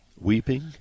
weeping